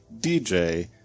dj